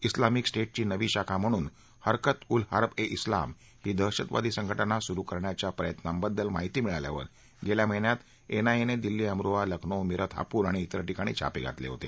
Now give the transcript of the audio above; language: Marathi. इस्लामिक स्टेटची नवी शाखा म्हणून हरकत उल हर्ब ए इस्लाम ही दहशतवादी संघटना सुरू करण्याच्या प्रयत्नांबद्दल माहिती मिळाल्यावर गेल्या महिन्यात एनआयएनं दिल्ली अमरोहा लखनौ मीरत हापूर आणि इतर ठिकाणी छापे घातले होते